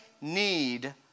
need